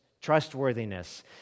trustworthiness